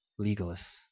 legalists